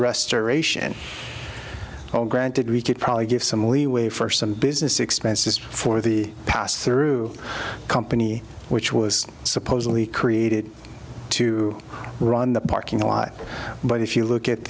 restoration and all granted we could probably give some leeway for some business expenses for the pass through company which was supposedly created to run the parking lot but if you look at